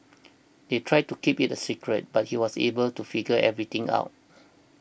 they tried to keep it a secret but he was able to figure everything out